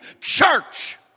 church